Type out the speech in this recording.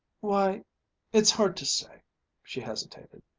why it's hard to say she hesitated,